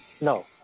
no